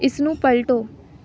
ਇਸਨੂੰ ਪਲਟੋ